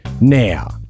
Now